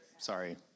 Sorry